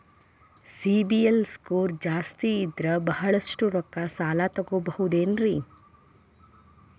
CIBIL score ಜಾಸ್ತಿ ಇದ್ರ ಬಹಳಷ್ಟು ರೊಕ್ಕ ಸಾಲ ತಗೋಬಹುದು ಏನ್ರಿ?